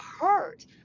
hurt